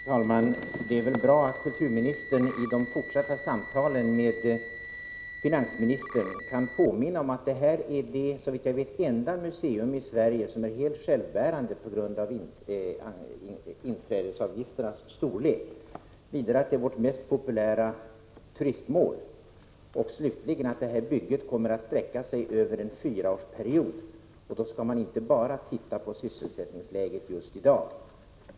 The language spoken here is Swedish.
Fru talman! Det är bra att kulturministern i de fortsatta samtalen med finansministern påminner om att detta är, såvitt jag vet, det enda museum i Sverige som är helt självbärande på grund av inträdesavgifternas storlek, 67 vidare att det är vårt mest populära turistmål och slutligen att detta bygge kommer att sträcka sig över en fyraårsperiod — och då skall man inte bara titta på sysselsättningsläget just i dag.